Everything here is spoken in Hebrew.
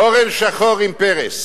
אורן שחור עם פרס,